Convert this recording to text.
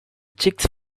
chicks